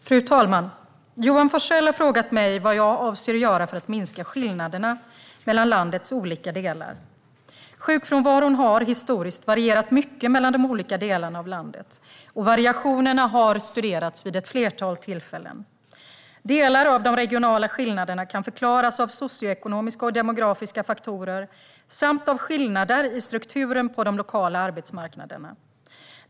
Fru talman! Johan Forsell har frågat mig vad jag avser att göra för att minska skillnaderna mellan landets olika delar. Sjukfrånvaron har historiskt varierat mycket mellan de olika delarna av landet, och variationerna har studerats vid ett flertal tillfällen. Delar av de regionala skillnaderna kan förklaras av socioekonomiska och demografiska faktorer samt av skillnader i strukturen på de lokala arbetsmarknaderna.